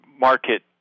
market